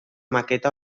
maqueta